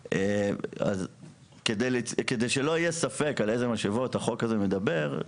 אז כדי שלא יהיה ספק על איזה משאבות החוק הזה מדבר,